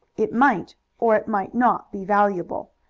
it might or it might not be valuable,